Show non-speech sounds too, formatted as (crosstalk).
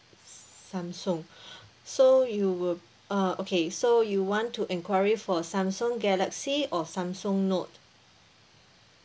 samsung (breath) so you would uh okay so you want to enquiry for samsung galaxy or samsung note